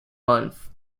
month